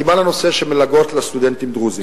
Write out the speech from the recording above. אני בא לנושא של מלגות לסטודנטים דרוזים.